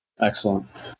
excellent